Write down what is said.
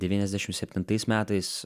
devyniasdešim septintais metais